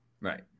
Right